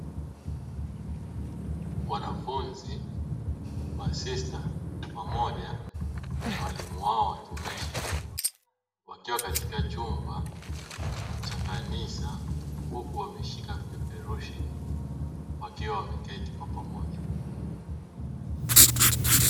Wanafunzi masista pamoja na walimu wao watumishi, wakiwa katika chumba cha kanisa huku wameshika vipeperushi wakiwa wameketi kwa pamoja.